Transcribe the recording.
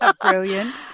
Brilliant